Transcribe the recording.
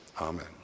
amen